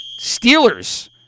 Steelers